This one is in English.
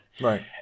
Right